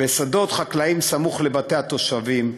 בשדות חקלאיים סמוך לבתי התושבים,